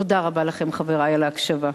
תודה רבה לכם, חברי, על ההקשבה.